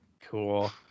Cool